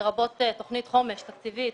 לרבות תוכנית חומש תקציבית